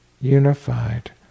unified